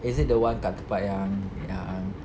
is it the one kat tempat yang yang